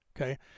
okay